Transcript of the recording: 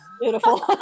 Beautiful